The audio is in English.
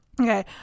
Okay